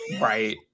right